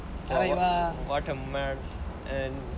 தலைவா:thalaivaa what a man